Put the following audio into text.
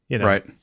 Right